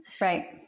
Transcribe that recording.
Right